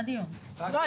לא,